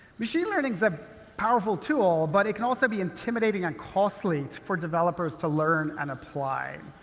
machine learning's a powerful tool, but it can also be intimidating and costly for developers to learn and apply.